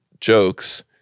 jokes